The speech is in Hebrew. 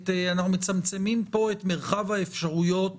מרחב האפשרויות